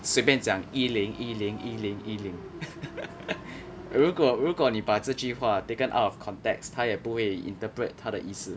随便讲一零一零一零一零 如果如果你把这句话 taken out of context 他也不会 interpret 他的意思